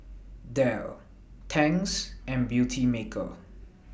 Dell Tangs and Beautymaker